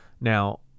now